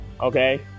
okay